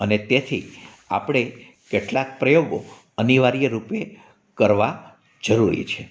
અને તેથી આપણે કેટલાક પ્રયોગો અનિવાર્ય રૂપે કરવા જરૂરી છે